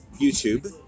YouTube